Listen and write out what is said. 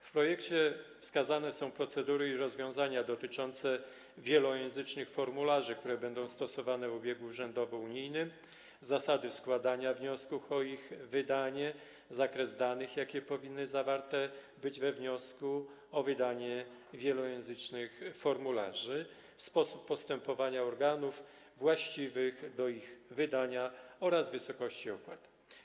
W projekcie wskazane są procedury i rozwiązania dotyczące wielojęzycznych formularzy, które będą stosowane w obiegu urzędowo-unijnym, zasady składania wniosków o ich wydanie, zakres danych, jakie powinny być zawarte we wniosku o wydanie wielojęzycznych formularzy, sposób postępowania organów właściwych do ich wydania oraz wysokość opłat.